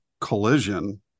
collision